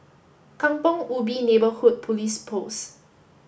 Kampong Ubi Neighborhood Police Post